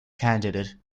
candidate